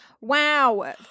Wow